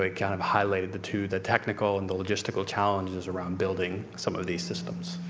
ah kind of highlighted the two, the technical and the logistical challenges around building some of these systems.